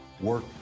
work